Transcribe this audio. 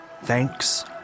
Thanks